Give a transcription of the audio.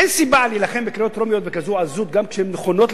אין סיבה להילחם בקריאות טרומיות בכזאת עזות גם כשהן נכונות,